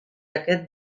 aquest